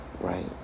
right